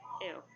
Ew